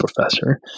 professor